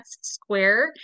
Square